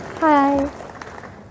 Hi